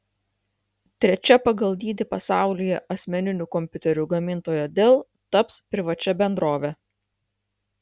trečia pagal dydį pasaulyje asmeninių kompiuterių gamintoja dell taps privačia bendrove